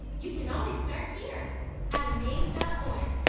you can always start here at amaze org.